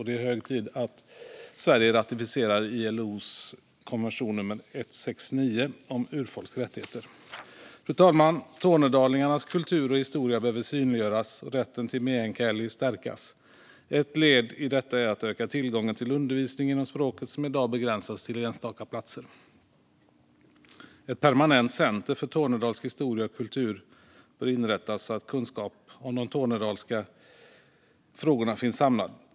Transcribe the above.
Det är hög tid att Sverige ratificerar ILO:s konvention nummer 169 om urfolks rättigheter. Fru talman! Tornedalingarnas kultur och historia behöver synliggöras och rätten till meänkieli stärkas. Ett led i detta är att öka tillgången till undervisning inom språket, vilken i dag begränsas till enstaka platser. Ett permanent center för tornedalsk historia och kultur bör inrättas, så att kunskap om de tornedalska frågorna finns samlad.